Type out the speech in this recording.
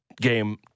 game